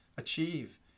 Achieve